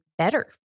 better